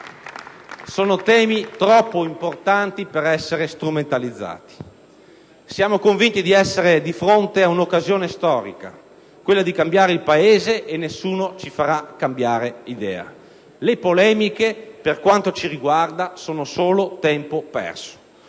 sono temi troppo importanti per essere strumentalizzati. Siamo convinti di essere di fronte a un'occasione storica, quella di cambiare il Paese, e nessuno ci farà cambiare idea. Le polemiche, per quanto ci riguarda, sono solo tempo perso.